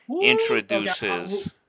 introduces